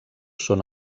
són